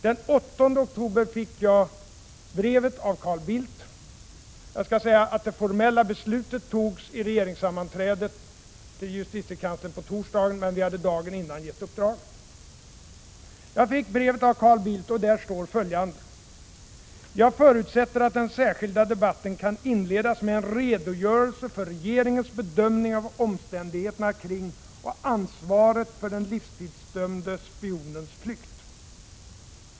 Det formella beslutet togs visserligen i regeringssammanträdet den 8 oktober, men JK fick uppdraget dagen innan. Den 8 oktober fick jag brevet av Carl Bildt. Där står följande: ”Jag förutsätter att den särskilda debatten kan inledas med en redogörelse för regeringens bedömning av omständigheterna kring och ansvaret för den livstidsdömde spionens flykt.